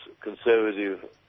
conservative